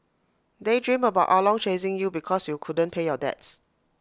daydream about ah long chasing you because you couldn't pay your debts